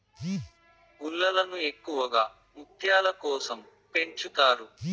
గుల్లలను ఎక్కువగా ముత్యాల కోసం పెంచుతారు